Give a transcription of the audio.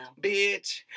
bitch